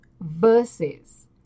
versus